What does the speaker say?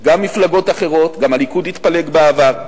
גם מפלגות אחרות, גם הליכוד התפלג בעבר,